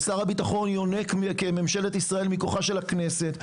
ושר הביטחון יונק כממשלת ישראל מכוחה של הכנסת.